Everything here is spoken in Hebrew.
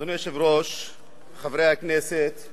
אדוני היושב-ראש, חברי הכנסת,